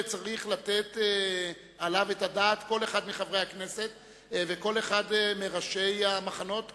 צריך לתת עליו את הדעת כל אחד מחברי הכנסת וכל אחד מראשי המחנות כאן,